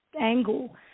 angle